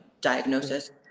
diagnosis